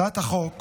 הצעת החוק